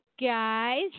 guys